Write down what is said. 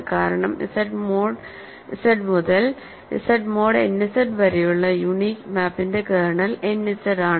കാരണം Z mode Z മുതൽ Z mode n Z വരെയുള്ള യൂണീക് മാപ്പിന്റെ കേർണൽ n Z ആണ്